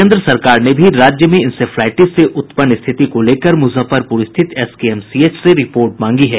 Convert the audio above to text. केन्द्र सरकार ने राज्य में इंसेफ्लाईटिस से उत्पन्न स्थिति को लेकर मुजफ्फरपुर स्थित एसकेएम सीएच से रिपोर्ट मांगी है